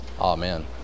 Amen